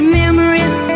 memories